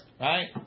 right